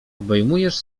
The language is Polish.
obejmujesz